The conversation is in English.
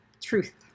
Truth